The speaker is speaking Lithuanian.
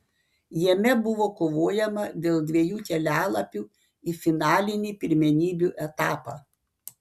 jame buvo kovojama dėl dviejų kelialapių į finalinį pirmenybių etapą